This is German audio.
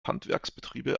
handwerksbetriebe